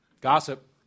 gossip